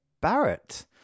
Barrett